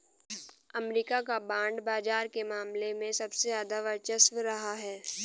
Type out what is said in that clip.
अमरीका का बांड बाजार के मामले में सबसे ज्यादा वर्चस्व रहा है